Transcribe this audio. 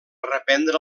reprendre